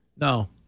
No